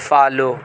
follow